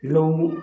ꯂꯧ